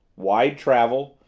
wide travel,